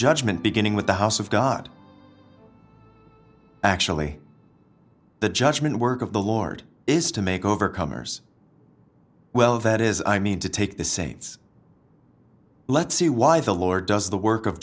judgment beginning with the house of god actually the judgement work of the lord is to make overcomers well that is i mean to take the saints let's see why the lord does the work of